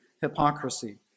hypocrisy